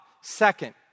Second